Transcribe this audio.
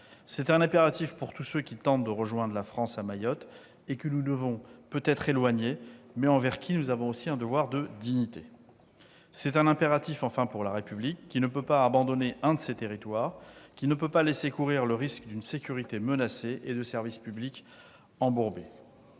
C'est un impératif pour tous ceux qui tentent de rejoindre la France à Mayotte, que nous devons peut-être éloigner, mais envers qui nous avons un devoir de dignité. C'est un impératif, enfin, pour la République qui ne peut pas abandonner un de ses territoires, qui ne peut pas laisser courir le risque d'une sécurité menacée et de services publics embourbés.